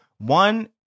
One